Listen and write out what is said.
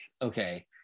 Okay